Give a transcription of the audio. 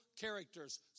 characters